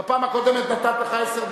בפעם הקודמת נתתי לך עשר דקות.